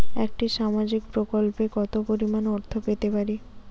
একটি সামাজিক প্রকল্পে কতো পরিমাণ অর্থ পেতে পারি?